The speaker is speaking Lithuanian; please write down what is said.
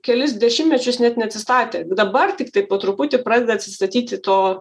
kelis dešimtmečius net neatsistatė dabar tiktai po truputį pradeda atsistatyti to